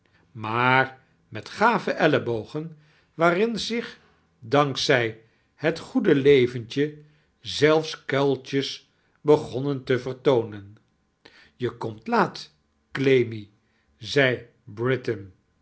maar met gave ellebogen waarin zich dank zij het goede leventje zelfs kuiltjes begonnien te vertoonen je komt laat clemmy zei britain